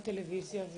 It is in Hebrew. התפקיד שלנו